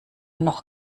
noch